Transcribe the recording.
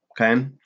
Okay